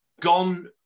gone